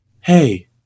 Hey